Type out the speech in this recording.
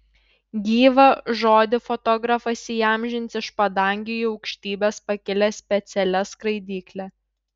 gyvą žodį fotografas įamžins iš padangių į aukštybes pakilęs specialia skraidykle